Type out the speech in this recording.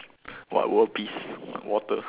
what world peace water